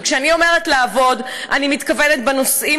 וכשאני אומרת "לעבוד" אני מתכוונת לנושאים